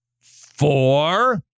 four